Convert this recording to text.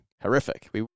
horrific